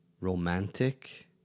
romantic